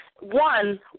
one